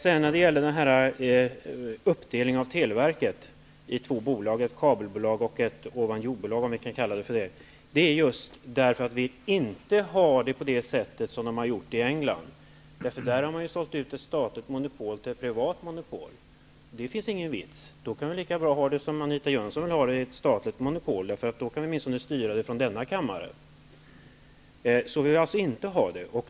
Vi vill göra en uppdelning av televerket i två bolag, ett kabelbolag och ett ''ovan-jord-bolag'' just därför att vi inte vill ha det som i England. Där har man sålt ut ett statligt monopol till ett privat monopol. Det kan ju inte vara någon vits med det. Då kan man lika gärna ha det som Anita Jönsson vill ha det, dvs. ett statligt monopol, för ett sådant kan åtminstone styras från denna kammare. Så vill jag alltså inte att det skall vara.